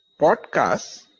podcasts